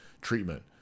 Treatment